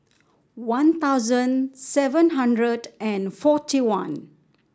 One Thousand seven hundred and forty one